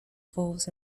revolves